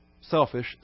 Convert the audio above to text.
selfish